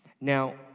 Now